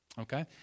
Okay